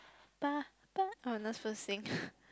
bah bah oh we're not supposed to sing